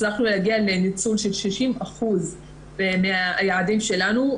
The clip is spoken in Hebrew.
הצלחנו להגיע לניצול של 60% מן היעדים שלנו,